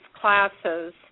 classes